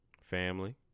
Family